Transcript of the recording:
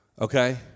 Okay